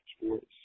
sports